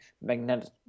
Magnetic